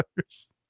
dollars